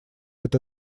эта